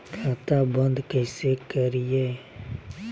खाता बंद कैसे करिए?